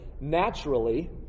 naturally